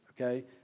okay